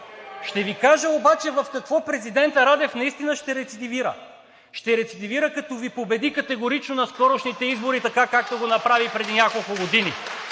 Ще Ви кажа обаче в какво президентът Радев наистина ще рецидивира – ще рецидивира, като Ви победи категорично на скорошните избори така, както го направи преди няколко години.